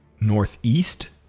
northeast